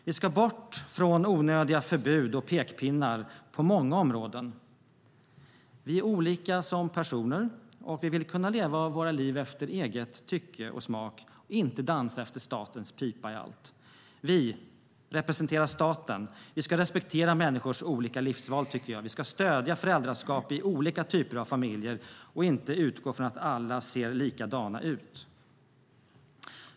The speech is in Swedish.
Vi ska bort från onödiga förbud och pekpinnar på många områden. Vi är olika som personer och vill kunna leva våra liv efter eget tycke och smak och inte dansa efter statens pipa i allt. Vi, som representerar staten, ska respektera människors olika livsval. Vi ska stödja föräldraskap i olika typer av familjer och inte utgå från att alla ser likadana ut.